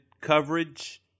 coverage